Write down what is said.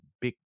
big